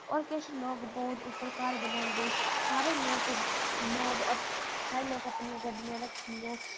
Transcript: होर किश लोग बोट उप्पर घर बनांदे सारे लोक बोट सारे लोग अपनियां गड्डियां रक्खी दियां